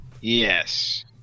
Yes